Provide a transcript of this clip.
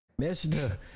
Mr